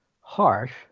harsh